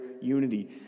unity